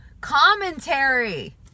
commentary